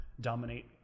dominate